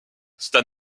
stan